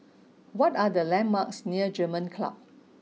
what are the landmarks near German Club